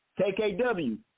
KKW